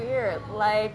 weird like